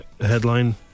headline